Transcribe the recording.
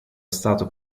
stato